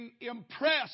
impressed